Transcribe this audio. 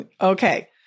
Okay